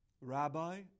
Rabbi